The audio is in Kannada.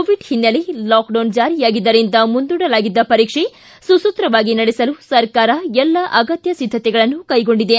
ಕೋವಿಡ್ ಹಿನ್ನೆಲೆ ಲಾಕ್ಡೌನ್ ಜಾರಿಯಾಗಿದ್ದರಿಂದ ಮುಂದೂಡಲಾಗಿದ್ದ ಪರೀಕ್ಷೆ ಸುಸೂತ್ರವಾಗಿ ನಡೆಸಲು ಸರ್ಕಾರ ಎಲ್ಲ ಅಗತ್ಯ ಸಿದ್ದತೆಗಳನ್ನೂ ಕೈಗೊಂಡಿದೆ